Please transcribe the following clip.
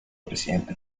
presidente